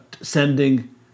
sending